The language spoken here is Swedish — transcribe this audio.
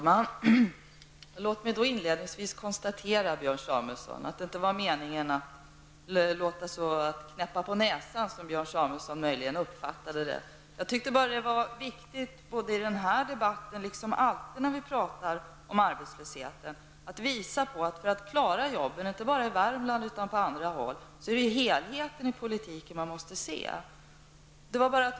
Fru talman! Låt mig inledningsvis säga till Björn Samuelson att det inte var meningen att knäppa på näsan, som Björn Samuelson möjligen uppfattade det. Jag tyckte att det var viktigt att i den här debatten liksom alltid när vi talar om arbetslöshet visa på att för att klara jobben, inte bara i Värmland utan på andra håll i landet, måste man se helheten i politiken.